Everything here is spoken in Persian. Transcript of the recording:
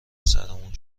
سرمون